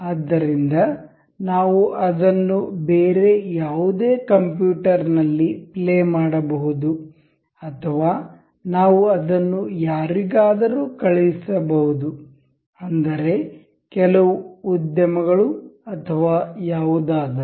ಆದ್ದರಿಂದ ನಾವು ಅದನ್ನು ಬೇರೆ ಯಾವುದೇ ಕಂಪ್ಯೂಟರ್ನಲ್ಲಿ ಪ್ಲೇ ಮಾಡಬಹುದು ಅಥವಾ ನಾವು ಅದನ್ನು ಯಾರಿಗಾದರೂ ಕಳುಹಿಸಬಹುದು ಅಂದರೆ ಕೆಲವು ಉದ್ಯಮಗಳು ಅಥವಾ ಯಾವುದಾದರೂ